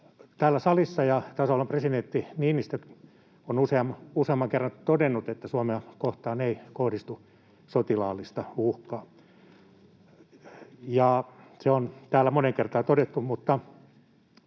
Täällä salissa ja tasavallan presidentti Niinistö on useamman kerran todennut, että Suomea kohtaan ei kohdistu sotilaallista uhkaa. Se on täällä moneen kertaan todettu, mutta